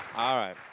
alright,